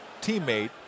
teammate